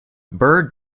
byrd